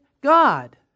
God